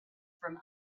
from